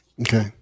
Okay